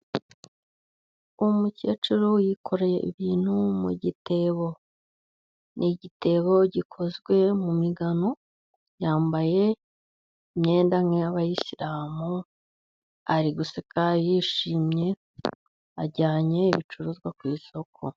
Umukecuru yikoreye, ibintu mu igitebo, n'igitebo gikozwe mu migano, yambaye imyenda nkiyabayisilamu ari guseka yishimye, ajyanye ibicuruzwa ku isoko.